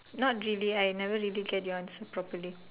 not really I never really get your answer properly